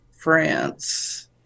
France